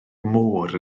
môr